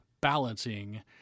balancing